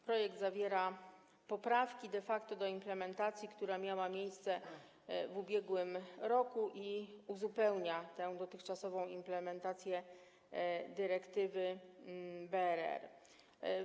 Projekt zawiera poprawki de facto do implementacji, która miała miejsce w ubiegłym roku, i uzupełnia dotychczasową implementację dyrektywy BRR.